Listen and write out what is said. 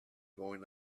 going